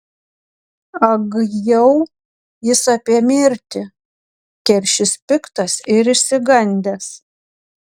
ag jau jis apie mirtį keršis piktas ir išsigandęs